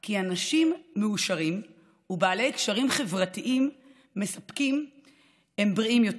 כי אנשים מאושרים ובעלי קשרים חברתיים מספקים הם בריאים יותר,